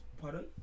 Pardon